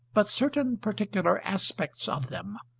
but certain particular aspects of them,